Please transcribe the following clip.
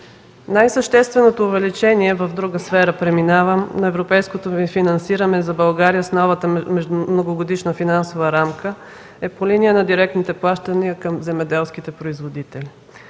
Най-същественото увеличение – преминавам в друга сфера – на европейското финансиране за България с новата Многогодишната финансова рамка е по линия на директните плащания към земеделските производители